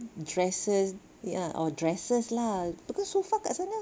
dresses ya or dresses lah cause so far kat sana